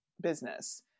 business